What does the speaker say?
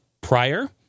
prior